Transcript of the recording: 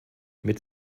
mit